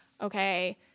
okay